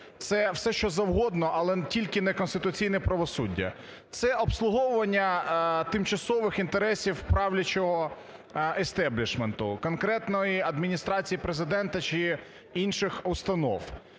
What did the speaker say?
це все, що завгодно, а не конституційне правосуддя: це обслуговування тимчасових інтересів правлячого істеблішменту, конкретної Адміністрації Президента чи інших установ;